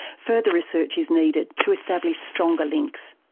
further research is needed to establish stronger links.